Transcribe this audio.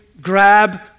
grab